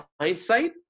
hindsight